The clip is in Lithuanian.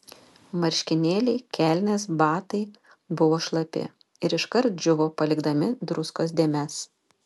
marškinėliai kelnės batai buvo šlapi ir iškart džiūvo palikdami druskos dėmes